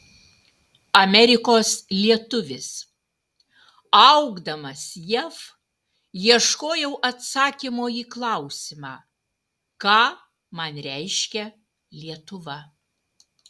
amerikos lietuvis augdamas jav ieškojau atsakymo į klausimą ką man reiškia lietuva